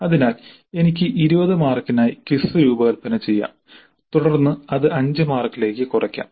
അതിനാൽ എനിക്ക് 20 മാർക്കിനായി ക്വിസ് രൂപകൽപ്പന ചെയ്യാം തുടർന്ന് അത് 5 മാർക്കിലേക് കുറക്കാം